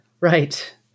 Right